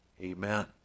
Amen